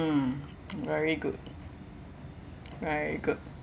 very good very good